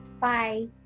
Bye